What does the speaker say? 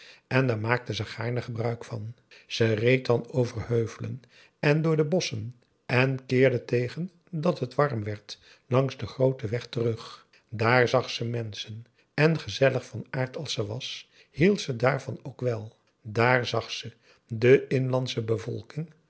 en daar maakte ze gaarne gebruik van ze reed dan over heuvelen en door de bosschen en keerde tegen dat het warm werd langs den grooten weg terug daar zag ze menschen en gezellig van aard als ze was hield ze daarvan ook wel dààr zag ze de inlandsche bevolking